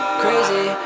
crazy